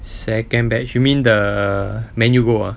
second batch you mean the man U gold ah